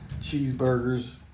cheeseburgers